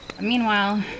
Meanwhile